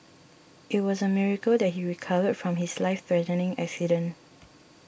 it was a miracle that he recovered from his life threatening accident